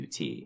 UT